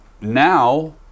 now